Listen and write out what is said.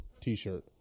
T-shirt